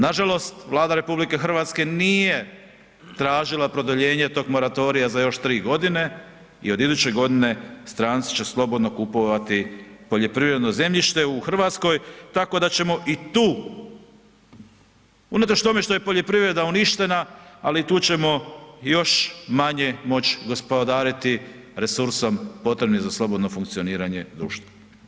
Nažalost, Vlada RH nije tražila produljenje tog moratorija za još 3.g. i od iduće godine stranci će slobodno kupovati poljoprivredno zemljište u RH, tako da ćemo i tu unatoč tome što je poljoprivreda uništena, ali tu ćemo još manje moć gospodariti resursom potrebnim za slobodno funkcioniranje društva.